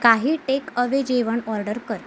काही take away जेवण order कर